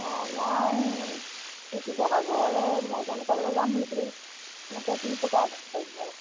অঁ মই এই শিৱসাগৰলৈ মৈদাম চাব যাম বুলিছিলোঁ এনেকৈ কি প্ৰকাৰে যাব পাৰিম বাৰু